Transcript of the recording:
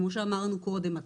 כמו שאמרנו קודם,